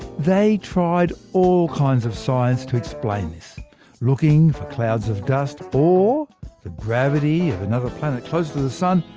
they tried all kinds of science to explain this looking for clouds of dust, or the gravity of another planet closer to the sun,